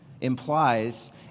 implies